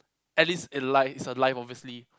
Alice is alive obviously